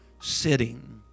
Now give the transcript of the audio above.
sitting